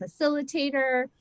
facilitator